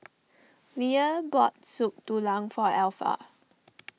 Leah bought Soup Tulang for Alpha